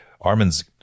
armin's